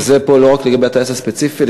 וזה לא רק לגבי הטייס הספציפי,